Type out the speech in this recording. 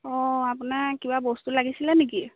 অঁ আপোনাক কিবা বস্তু লাগিছিলে নেকি